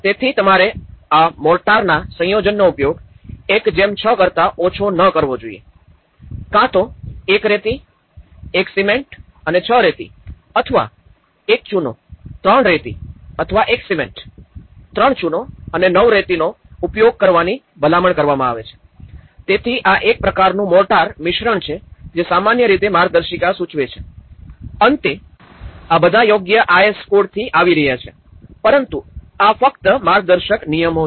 તેથી તમારે આ મોર્ટારના સંયોજનનો ઉપયોગ ૧૬ કરતા ઓછો ન કરવો જોઈએ ક્યાં તો ૧ રેતી ૧ સિમેન્ટ અને ૬ રેતી અથવા ૧ ચૂનો ૩ રેતી અથવા ૧ સિમેન્ટ ૩ ચૂનો અને ૯ રેતીનો ઉપયોગ કરવાની ભલામણ કરવામાં આવે છે તેથી આ એક પ્રકારનું મોર્ટાર મિશ્રણ છે જે સામાન્ય રીતે માર્ગદર્શિકા સૂચવે છે અને અંતે આ બધા યોગ્ય આઈએસ કોડથી આવી રહ્યા છે પરંતુ આ ફક્ત માર્ગદર્શક નિયમો છે